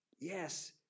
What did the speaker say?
Yes